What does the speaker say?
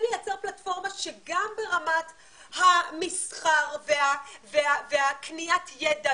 לייצר פלטפורמה שגם ברמת המסחר וקניית הידע